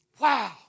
Wow